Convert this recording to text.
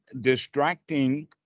distracting